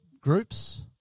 groups